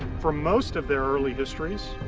for most of their early histories,